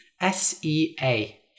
S-E-A